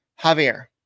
Javier